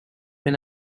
when